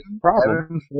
problem